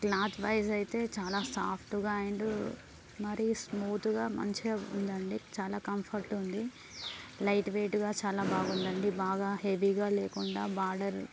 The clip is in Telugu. క్లాత్ వైస్ అయితే చాలా సాఫ్ట్గా అండ్ మరి స్మూత్గా మంచిగా ఉందండి చాల కంఫర్ట్ ఉంది లైట్ వెయిట్గా చాలా బాగుందండి బాగా వీగా లేకుండా బార్డర్